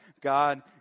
God